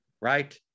right